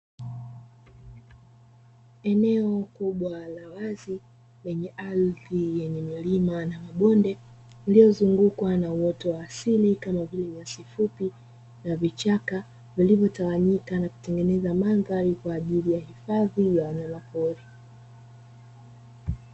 Eneo Kubwa la wazi kwenye ardhi yenye milima na bonde lililozungukwa na wote wa asili, kama vile wasifupi na vichaka walivyotawanyika na kutengeneza mandhari kwa ajili ya hifadhi.